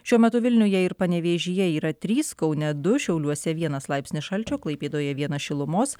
šiuo metu vilniuje ir panevėžyje yra trys kaune du šiauliuose vienas laipsnį šalčio klaipėdoje vienas šilumos